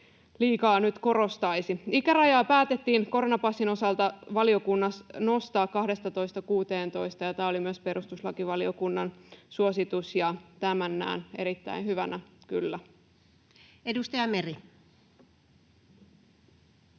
liikaa korostaa. Ikärajaa päätettiin koronapassin osalta valiokunnassa nostaa 12:sta 16:een. Tämä oli myös perustuslakivaliokunnan suositus, ja tämän näen kyllä erittäin hyvänä. Edustaja Meri.